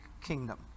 kingdom